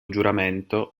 giuramento